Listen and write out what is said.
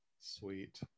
Sweet